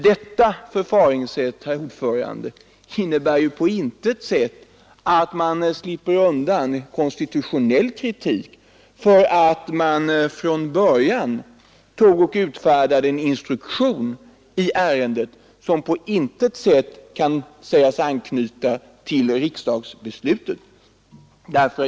Detta förfaringssätt, herr talman, innebär inte att regeringen slipper konstitutionell kritik för att den från början utfärdade en instruktion för STU, som inte kan sägas anknyta till riksdagsbeslutet.